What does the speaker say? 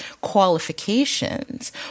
qualifications